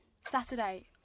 Saturday